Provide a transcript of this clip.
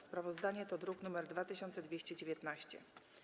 Sprawozdanie to druk nr 2219.